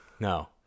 No